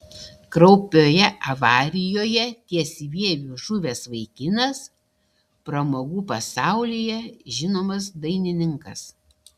kraupioje avarijoje ties vieviu žuvęs vaikinas pramogų pasaulyje žinomas dainininkas